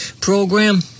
program